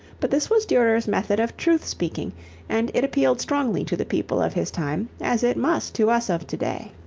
but this was durer's method of truth speaking and it appealed strongly to the people of his time as it must to us of to-day.